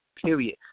period